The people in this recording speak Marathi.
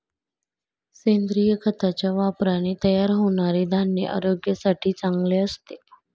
सेंद्रिय खताच्या वापराने तयार होणारे धान्य आरोग्यासाठी चांगले असते